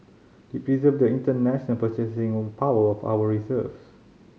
it preserve the international purchasing power of our reserves